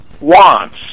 wants